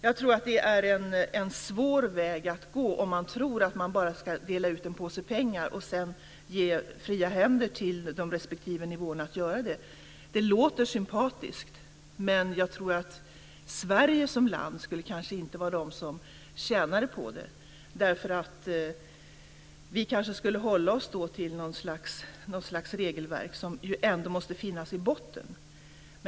Jag tror att det är en svår väg att gå om man tror att man bara ska dela ut en påse pengar och sedan ge fria händer till de respektive nivåerna att göra detta. Det låter sympatiskt, men jag tror kanske inte att Sverige som land skulle tjäna på det. Vi kanske skulle hålla oss till något slags regelverk. Det måste ju ändå finnas i botten.